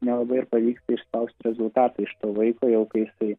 nelabai ir pavyksta išspaust rezultatą iš to vaiko jau kai jisai